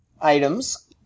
items